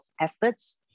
efforts